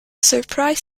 surprise